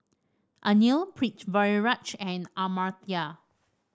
Anil Pritiviraj and Amartya